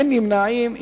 אין נמנעים.